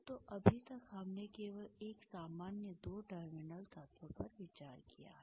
तो अभी तक हमने केवल एक सामान्य दो टर्मिनल तत्व पर विचार किया है